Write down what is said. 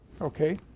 Okay